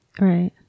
Right